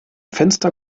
fenster